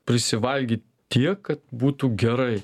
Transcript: prisivalgyt tiek kad būtų gerai